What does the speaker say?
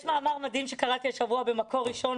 יש מאמר מדהים שקראתי השבוע במקור ראשון,